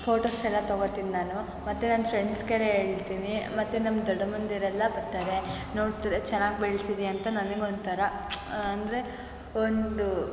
ಫೋಟೋಸೆಲ್ಲ ತೊಗೊಳ್ತೀನಿ ನಾನು ಮತ್ತೆ ನನ್ನ ಫ್ರೆಂಡ್ಸ್ಗೆಲ್ಲ ಹೇಳ್ತೀನಿ ಮತ್ತೆ ನಮ್ಮ ದೊಡ್ಡಮ್ಮಂದಿರೆಲ್ಲ ಬರ್ತಾರೆ ನೋಡ್ತೀರಿ ಚೆನ್ನಾಗಿ ಬೆಳೆಸಿದೀಯಂತ ನನ್ಗೆ ಒಂಥರ ಅಂದರೆ ಒಂದು